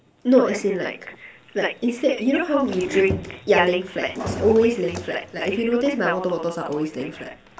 no as in like like instead you know how we drink yeah laying flat it's always laying flat like if you notice my water bottles are always laying flat